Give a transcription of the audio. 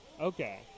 Okay